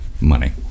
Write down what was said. money